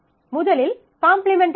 முதலில் காம்ப்ளிமென்ட்டேஷன்